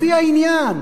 לפי העניין.